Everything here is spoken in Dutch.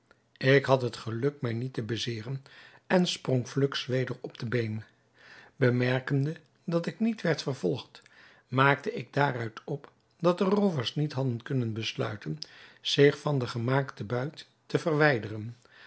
ik had het geluk mij niet te bezeeren en sprong fluks weder op de been bemerkende dat ik niet werd vervolgd maakte ik daaruit op dat de roovers niet hadden kunnen besluiten zich van den gemaakten buit te verwijderen